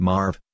Marv